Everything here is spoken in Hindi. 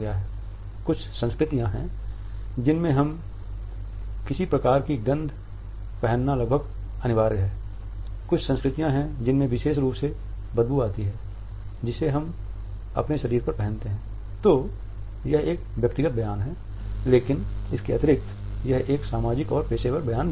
इन स्थूल और सूक्ष्म अभिव्यक्तियों को मूल रूप से हमारे स्पर्श झलक नेत्र संपर्क आदि द्वारा उन पहलुओं के माध्यम से संप्रेषित किया जाता है जो वास्तव में हमारे शरीर का एक हिस्सा हैं और साथ ही उन पहलुओं से भी जो आवश्यक नहीं कि हमारे शरीर का एक हिस्सा हों उदाहरण के लिए जिस ड्रेस को हम पहनते हैं जिस सुगंध का हम प्रयोग करते है या जो सामान हम अपने साथ रखते हैं आदितो यह एक व्यक्तिगत बयान है लेकिन इसके अतिरिक्त यह एक सामाजिक और पेशेवर बयान भी है